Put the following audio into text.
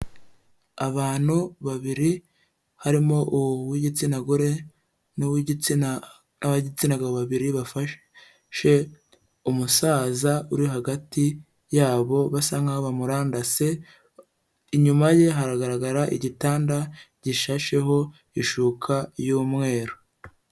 Abantu babiri harimo uw'igitsina gore n'ab'igitsina gabo 2 bafashe umusaza uri hagati yabo. Basa nkaho bamurandase. Inyuma ye hagaragara igitanda gishasheho ishuka y'umweru.